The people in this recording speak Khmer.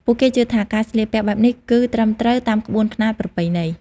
ពួកគេជឿថាការស្លៀកពាក់បែបនេះគឺត្រឹមត្រូវតាមក្បួនខ្នាតប្រពៃណី។